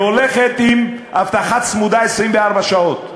היא הולכת עם אבטחה צמודה 24 שעות.